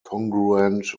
congruent